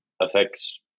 affects